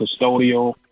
custodial